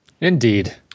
Indeed